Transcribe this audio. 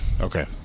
Okay